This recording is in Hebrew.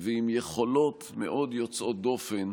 ועם יכולות מאוד יוצאות דופן